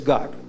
God